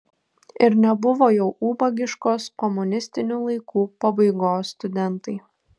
ir nebuvo jau ubagiškos komunistinių laikų pabaigos studentai